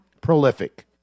Prolific